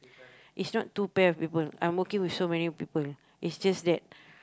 is not two pair of people I'm working with so many people it's just that